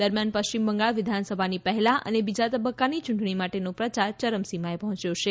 દરમિયાન પશ્ચિમ બંગાળ વિધાનસભાની પહેલા અને બીજા તબકકાની યૂંટણી માટેનો પ્રચાર ચરમસીમાએ પહોંચ્યો છે